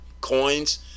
coins